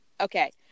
Okay